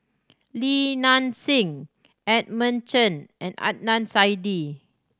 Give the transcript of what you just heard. Li Nanxing Edmund Chen and Adnan Saidi